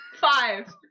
Five